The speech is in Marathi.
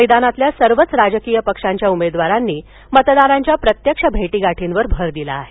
मध्यनातील सर्वच राजकीय पक्षांच्या उमेदवारांनी मतदारांच्या प्रत्यक्ष भेटीगाठीवर भर दिला आहे